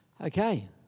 Okay